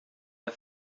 der